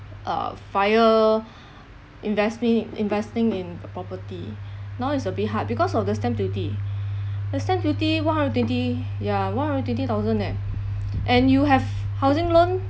uh FIRE investing investing in p~ property now it's a bit hard because of the stamp duty the stamp duty one hundred and twenty ya one hundred and twenty thousand leh and you have housing loan